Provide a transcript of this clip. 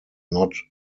not